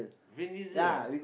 Vin-Diesel ah